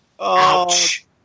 Ouch